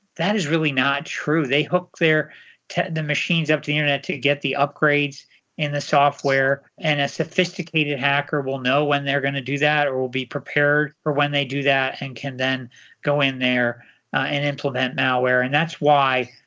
that is really not true. they hook the machines up to the internet to get the upgrades in the software, and a sophisticated hacker will know when they're going to do that or will be prepared for when they do that and can then go in there and implement malware. and that's why,